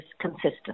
consistent